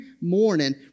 morning